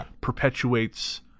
perpetuates